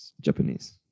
Japanese